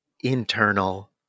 internal